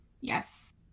Yes